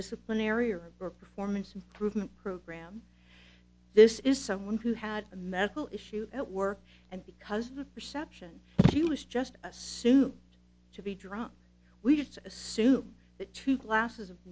disciplinary or performance improvement program this is someone who had a medical issue at work and because of the perception she was just assumed to be drunk we just assume that two glasses of